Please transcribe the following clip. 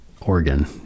organ